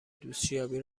دوستیابی